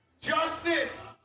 justice